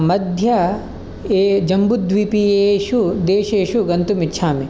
मध्य ए जम्बुद्विपीयेषु देशेषु गन्तुम् इच्छामि